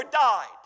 died